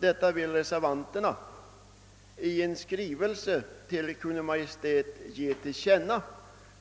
Detta vill reservanterna i en skrivelse till Kungl. Maj:t ge till känna.